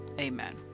Amen